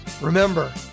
Remember